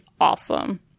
awesome